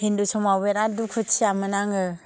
हिन्दु समाव बिराथ दुखुथिया मोन आङो